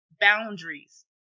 boundaries